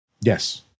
Yes